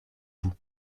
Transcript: boue